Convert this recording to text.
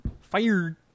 fired